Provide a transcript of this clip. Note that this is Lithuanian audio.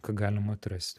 ką galima atrasti